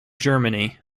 germany